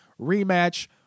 rematch